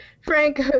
Frank